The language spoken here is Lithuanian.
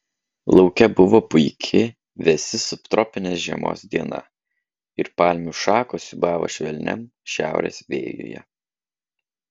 lauke buvo puiki vėsi subtropinės žiemos diena ir palmių šakos siūbavo švelniam šiaurės vėjuje